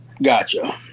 Gotcha